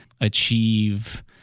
achieve